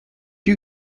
you